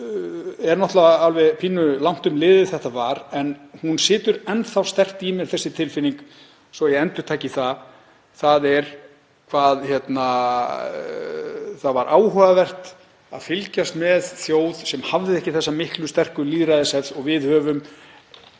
er náttúrlega nokkuð langt um liðið síðan þetta var en hún situr enn þá sterkt í mér, þessi tilfinning, svo ég endurtaki það, hvað það var áhugavert að fylgjast með þjóð sem hafði ekki þessa miklu sterku lýðræðishefð og við höfum